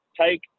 take